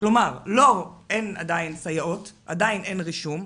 כלומר, אין עדיין סייעות, עדיין אין רישום,